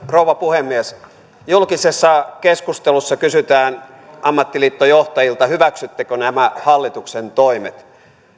rouva puhemies julkisessa keskustelussa kysytään ammattiliittojohtajilta hyväksyttekö nämä hallituksen toimet